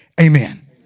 Amen